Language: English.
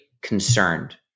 concerned